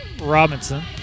Robinson